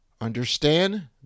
understand